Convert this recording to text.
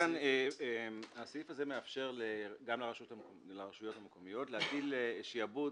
הסעיף הזה מאפשר גם לרשויות המקומיות להטיל שעבוד